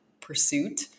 pursuit